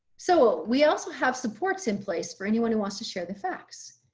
so we also have supports in place for anyone who wants to share the facts,